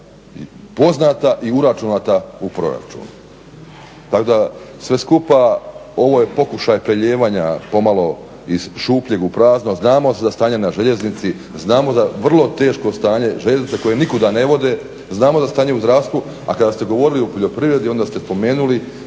poznata i uračunata u proračun. Tako da sve skupa ovo je pokušaj prelijevanja pomalo iz šupljeg u prazno, znamo za stanje na željeznici, znamo za vrlo teško stanje željeznice koje nikuda ne vode, znamo za stanje u zdravstvu a kada ste govorili o poljoprivredi onda ste spomenuli